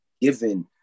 given